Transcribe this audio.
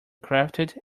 crafted